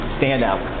standout